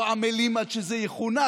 לא עמלים עד שזה יכונס.